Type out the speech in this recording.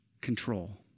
control